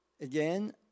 Again